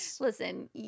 listen